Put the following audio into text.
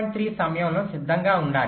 3 సమయంలో సిద్ధంగా ఉండాలి